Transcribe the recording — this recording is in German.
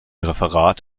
referat